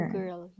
girl